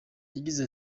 yagize